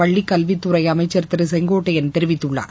பள்ளிக் கல்வித்துறை அமைச்சர் திரு செங்கோட்டையள் தெரிவித்துள்ளார்